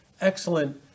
excellent